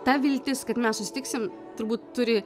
ta viltis kad mes susitiksim turbūt turi